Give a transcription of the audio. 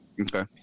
Okay